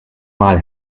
mal